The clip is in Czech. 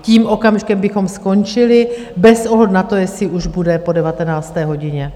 Tím okamžikem bychom skončili bez ohledu na to, jestli už bude po 19. hodině.